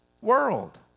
world